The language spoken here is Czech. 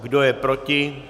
Kdo je proti?